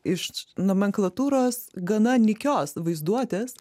iš nomenklatūros gana nykios vaizduotės